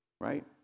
Right